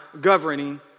governing